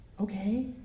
Okay